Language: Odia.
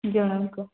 ଜଣଙ୍କ